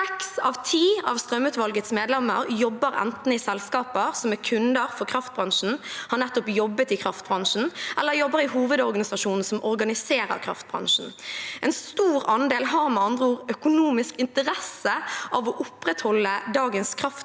av ti av strømutvalgets medlemmer jobber enten i selskaper som er kunder for kraftbransjen, har nettopp jobbet i kraftbransjen eller jobber i hovedorganisasjonen som organiserer kraftbransjen. En stor andel har med andre ord økonomisk interesse av å opprettholde dagens kraftmarked,